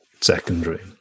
secondary